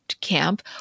camp